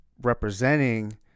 representing –